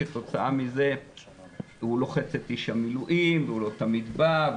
כתוצאה מזה הוא לוחץ את איש המילואים והוא לא תמיד בא,